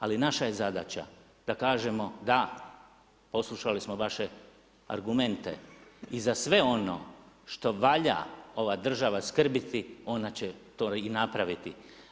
Ali naša je zadaća da kažemo da, poslušali smo vaše argumente i za sve ono što valja ova država skrbiti, ona će to i napraviti.